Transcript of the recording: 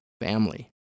family